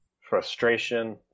frustration